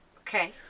Okay